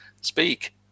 speak